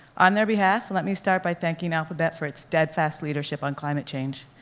on their behalf, let me start by thanking alphabet for its steadfast leadership on climate change,